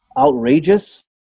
outrageous